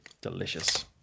delicious